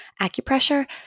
acupressure